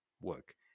work